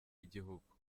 igihugu